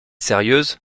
sérieuse